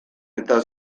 eta